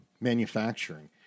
manufacturing